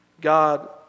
God